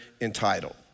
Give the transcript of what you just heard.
entitled